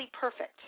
perfect